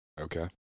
Okay